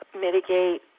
mitigate